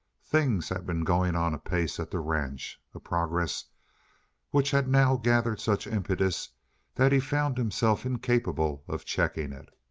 things had been going on apace at the ranch, a progress which had now gathered such impetus that he found himself incapable of checking it.